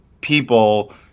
people